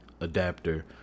Adapter